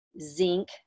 zinc